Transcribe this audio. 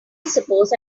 suppose